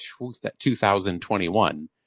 2021